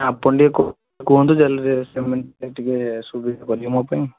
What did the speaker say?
ଆପଣ ଟିକିଏ କୁହନ୍ତୁ ସେମାନେ ଟିକିଏ ସୁବିଧା କରିବେ ମୋ ପାଇଁ